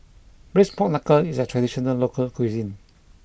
Braised Pork Knuckle is a traditional local cuisine